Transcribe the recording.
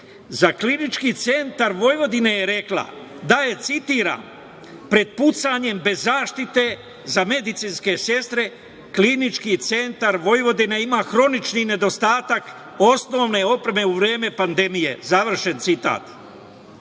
Za Klinički centar Vojvodine je rekla, citiram: „Da je pred pucanjem, bez zaštite za medicinske sestre, Klinički centar Vojvodine ima hronični nedostatak osnovne opreme u vreme pandemije“. Završen